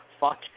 fuck